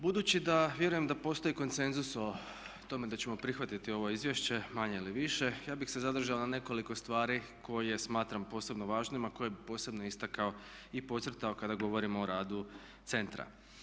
Budući da vjerujem da postoji konsenzus o tome da ćemo prihvatiti ovo izvješće manje ili više ja bih se zadržao na nekoliko stvari koje smatram posebno važnima a koje bih posebno istakao i podcrtao kada govorimo o radu centra.